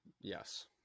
Yes